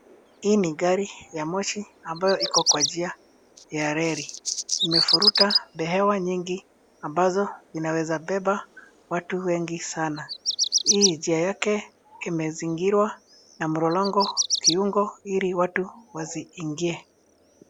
Hii ni gari ya moshi ambayo iko kwa njia ya reli. Imevuruta behewa nyingi ambazo inaweza beba watu wengi sana. Hii njia yake imezingirwa na mlolongo kiungo ili watu wasiingie.